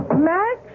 Max